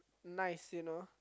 nice you know